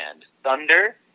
Thunder